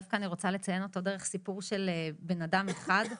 דווקא רוצה לציין אותו דרך סיפור של בנאדם אחד,